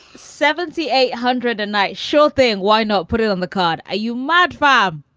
seventy eight hundred a night. sure thing. why not put it on the card? are you mad, rob?